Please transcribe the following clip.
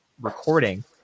recording